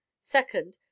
Second